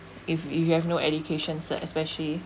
if if you have no education so especially